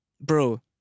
bro